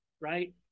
right